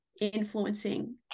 influencing